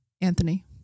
anthony